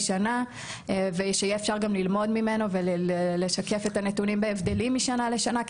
שנה ושיהיה אפשר גם ללמוד ממנו ולשקף את הנתונים בהבדלים משנה לשנה,